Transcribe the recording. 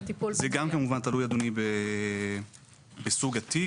זה גם תלוי בסוג התיק,